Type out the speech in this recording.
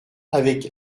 avec